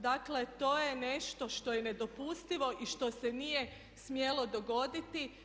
Dakle, to je nešto što je nedopustivo i što se nije smjelo dogoditi.